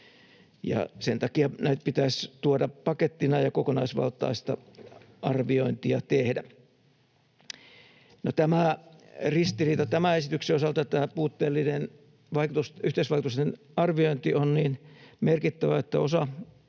Sen takia nämä pitäisi tuoda pakettina ja kokonaisvaltaista arviointia tehdä. No, tämä ristiriita tämän esityksen osalta, tämä puutteellinen yhteisvaikutusten arviointi, on niin merkittävä, että osa